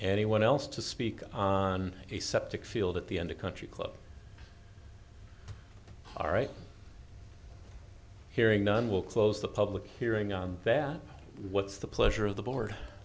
anyone else to speak on a septic field at the end a country club all right hearing none will close the public hearing on that what's the pleasure of the board